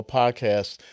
podcast